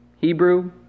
Hebrew